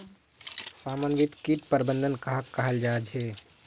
समन्वित किट प्रबंधन कहाक कहाल जाहा झे?